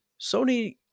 sony